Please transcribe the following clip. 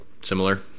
similar